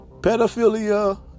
pedophilia